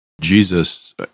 Jesus